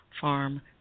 farm